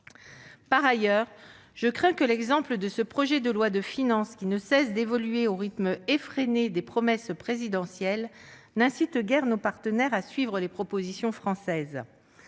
Par ailleurs, je crains que l'exemple de ce projet de loi de finances, qui ne cesse d'évoluer au rythme effréné des promesses présidentielles, n'incite guère nos partenaires à se ranger aux propositions françaises.